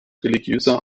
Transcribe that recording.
religiöser